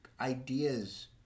Ideas